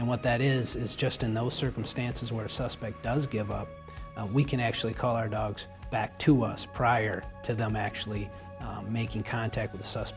and what that is is just in those circumstances where suspect does give up we can actually call our dogs back to us prior to them actually making contact with